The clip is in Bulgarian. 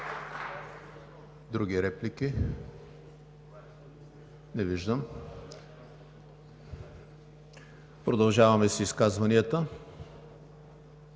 Други реплики? Не виждам. Продължаваме с изказванията.